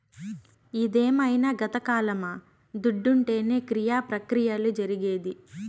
ఇదేమైన గతకాలమా దుడ్డుంటేనే క్రియ ప్రక్రియలు జరిగేది